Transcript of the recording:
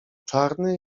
czarny